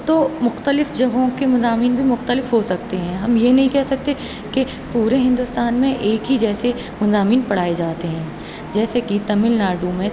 تو تو مختلف جگہوں کے مضامین بھی مختلف ہو سکتے ہیں ہم یہ نہیں کہہ سکتے کہ پورے ہندوستان میں ایک ہی جیسے مضامین پڑھائے جاتے ہیں جیسے کہ تمل ناڈو میں